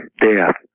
death